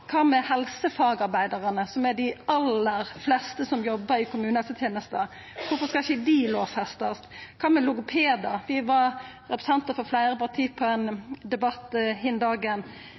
Kva med helsefagarbeidarane, som er dei aller fleste som jobbar i kommunehelsetenesta? Kvifor skal ikkje dei lovfestast? Kva med logopedar? Vi var fleire representantar frå fleire parti på ein debatt hin dagen,